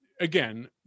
Again